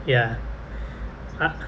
ya !huh!